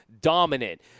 dominant